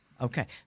Okay